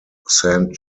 saint